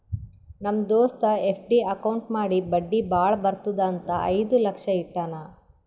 ನಮ್ ದೋಸ್ತ FD account ಮಾಡಿ ಬಡ್ಡಿ ಭಾಳ ಬರ್ತುದ್ ಅಂತ್ ಐಯ್ದ ಲಕ್ಷ ಇಟ್ಟಾನ್